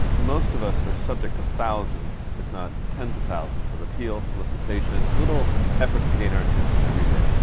most of us are subject to thousands, if not tens of thousands of appeals, solicitations, little efforts to gain our attention every day.